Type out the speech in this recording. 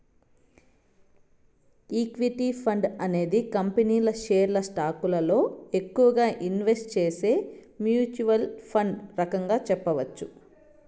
equity fund అనేది కంపెనీల షేర్లు స్టాకులలో ఎక్కువగా ఇన్వెస్ట్ చేసే మ్యూచ్వల్ ఫండ్ రకంగా చెప్పొచ్చు